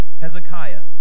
hezekiah